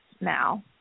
now